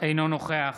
אינו נוכח